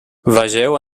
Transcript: vegeu